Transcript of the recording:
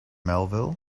melville